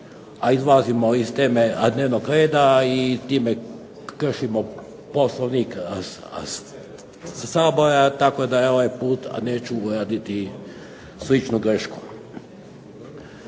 da izlazimo iz teme dnevnog reda i time kršimo Poslovnik Sabora tako da ovaj puta neću raditi sličnu grešku.